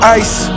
ice